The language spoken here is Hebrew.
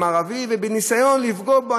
והניסיון לפגוע בו,